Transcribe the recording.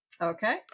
Okay